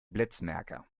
blitzmerker